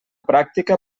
pràctica